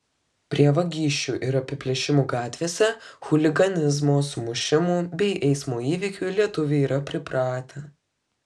prie vagysčių ir apiplėšimų gatvėse chuliganizmo sumušimų bei eismo įvykių lietuviai yra pripratę